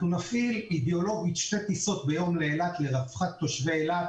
אנחנו נפעיל אידיאולוגית שתי טיסות ביום לאילת לרווחת תושבי אילת,